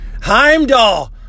Heimdall